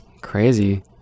Crazy